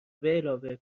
بعلاوه